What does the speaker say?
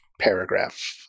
paragraph